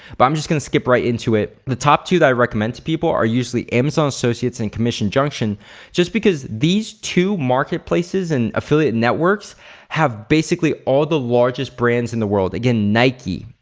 but i'm just gonna skip right into it. the top two that i recommend to people are usually amazon associates and commission junction just because these two marketplaces and affiliate networks have basically all the largest brands in the world. again nike,